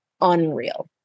unreal